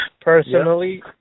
personally